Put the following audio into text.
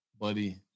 Buddy